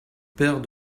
paire